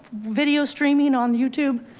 video streaming on youtube,